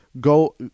go